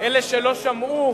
אלה שלא שמעו